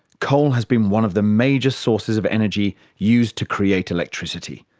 coal has been one of the major sources of energy used to create electricity.